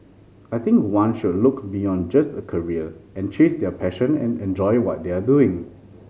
I think one should look beyond just a career and chase their passion and enjoy what they are doing